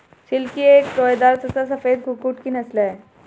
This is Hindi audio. सिल्की एक रोएदार तथा सफेद कुक्कुट की नस्ल है